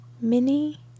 Mini